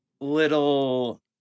little